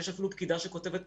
יש אפילו פקידה שכותבת פרוטוקול.